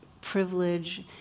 privilege